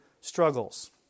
struggles